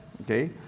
Okay